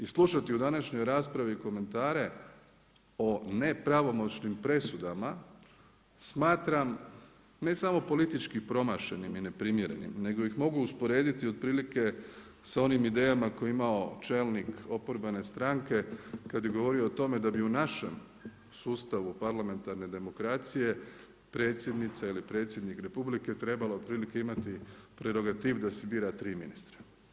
I slušati u današnjoj raspravi komentare o nepravomoćnim presudama smatram ne samo politički promašenim i neprimjerenim nego ih mogu usporediti otprilike sa onim idejama koje je imao čelnik oporbene stranke kada je govorio o tome da bi u našem sustavu parlamentarne demokracije predsjednica ili predsjednik Republike trebao otprilike imati prerogativ da si bira tri ministra.